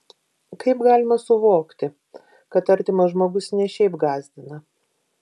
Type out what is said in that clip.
kaip galima suvokti kad artimas žmogus ne šiaip gąsdina